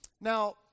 Now